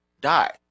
Die